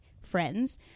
friends